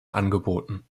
angeboten